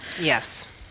Yes